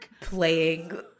playing